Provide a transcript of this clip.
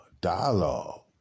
dialogue